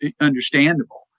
understandable